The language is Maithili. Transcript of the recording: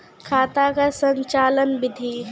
खाता का संचालन बिधि?